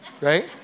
right